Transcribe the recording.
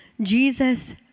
Jesus